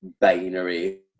binary